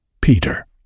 Peter